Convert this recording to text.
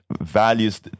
values